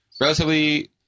Relatively